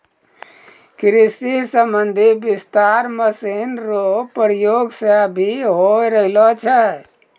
कृषि संबंधी विस्तार मशीन रो प्रयोग से भी होय रहलो छै